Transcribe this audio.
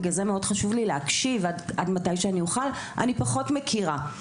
בגלל זה חשוב לי מאוד להקשיב עד מתי שאני אוכל אני פחות מכירה,